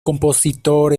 compositor